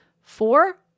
Four